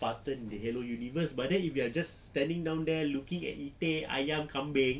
spartan the hello universe but then if they are just standing down there looking at itik ayam kambing